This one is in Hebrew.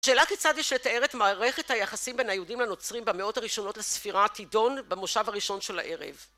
שאלה כיצד יש לתאר את מערכת היחסים בין היהודים לנוצרים במאות הראשונות לספירה תידון במושב הראשון של הערב.